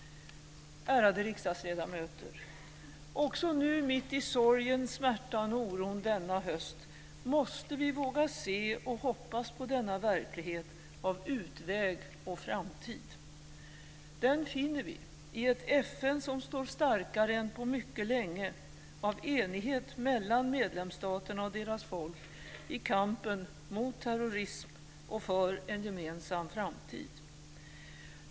Ärade riksdagsledamöter! Också nu, mitt i sorgen, smärtan och oron denna höst, måste vi våga se och hoppas på denna verklighet av utväg och framtid. Den finner vi i ett FN som står starkare än på mycket länge av enighet mellan medlemsstaterna och deras folk i kampen mot terrorism och för en gemensam framtid.